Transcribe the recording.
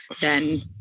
then-